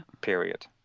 period